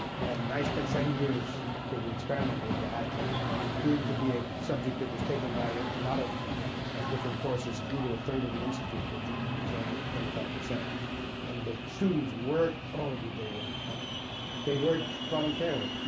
and i spent seven years to experiment with that. and then it grew to be a subject that was taken by a lot of different courses. it grew to a third of the institute, when ee was only at twenty five. and the students worked oh, did they work. but they worked voluntarily.